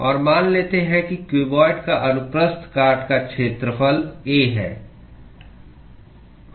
और मान लेते हैं कि क्यूबॉइड का अनुप्रस्थ काट का क्षेत्रफल A है